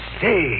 say